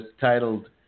titled